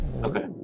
Okay